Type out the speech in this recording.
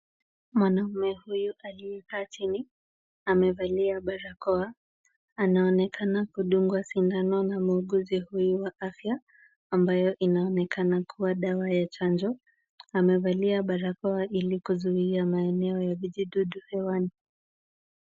Mwanamme huu aliyekaa chini amevalia barakoa, anaonekana kudungwa sindano na muuguzi huyu wa afya, ambayo inaonekana kuwa dawa ya chanjo. Amevalia barakoa ili kuzuia maeneo ya vijidudu hewani.